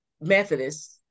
Methodist